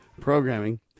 programming